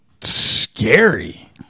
scary